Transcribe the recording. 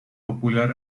popular